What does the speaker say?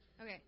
Okay